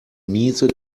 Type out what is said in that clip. miese